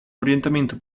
orientamento